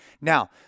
Now